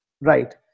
right